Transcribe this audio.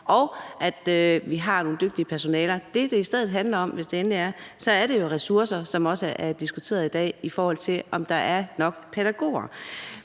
og at vi har nogle dygtige personaler. Det, det i stedet handler om, hvis det endelig er, er ressourcer, som det også er blevet diskuteret i dag, i forhold til om der er nok pædagoger.